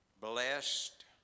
Blessed